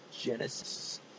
Genesis